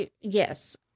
Yes